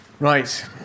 Right